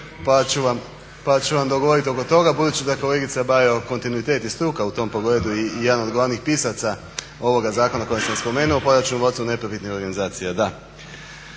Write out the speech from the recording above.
pa ću vam govoriti oko toga budući da je kolegica Bajo kontinuitet i struka u tom pogledu i jedan od glavnih pisaca ovoga zakona kojega sam spomenuo, pa računovodstvo neprofitnih organizacija.